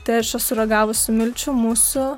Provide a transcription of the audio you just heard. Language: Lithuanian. tai aš esu ragavusi milčių musių